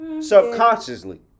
Subconsciously